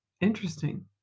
interesting